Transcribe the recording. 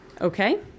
Okay